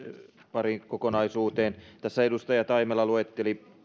pariin kokonaisuuteen tässä edustaja taimela luetteli